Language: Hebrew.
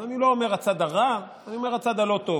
אז אני לא אומר: הצד הרע, אני אומר: הצד הלא-טוב.